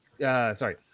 Sorry